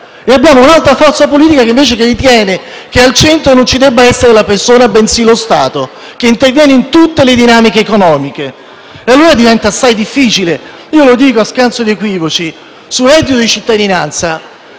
invece, un'altra forza politica che ritiene che al centro non ci debba essere la persona, bensì lo Stato, che interviene in tutte le dinamiche economiche. Diventa assai difficile. Lo dico a scanso di equivoci: sul reddito di cittadinanza,